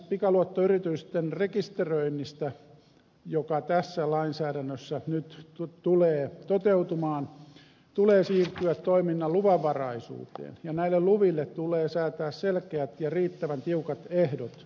pikaluottoyritysten rekisteröinnistä joka tässä lainsäädännössä nyt tulee toteutumaan tulee siirtyä toiminnan luvanvaraisuuteen ja näille luville tulee säätää selkeät ja riittävän tiukat ehdot